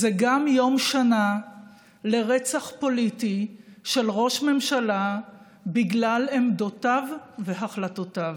זה גם יום שנה לרצח פוליטי של ראש ממשלה בגלל עמדותיו והחלטותיו.